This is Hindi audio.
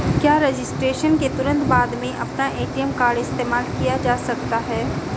क्या रजिस्ट्रेशन के तुरंत बाद में अपना ए.टी.एम कार्ड इस्तेमाल किया जा सकता है?